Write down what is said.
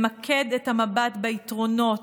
למקד את המבט ביתרונות,